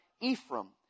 Ephraim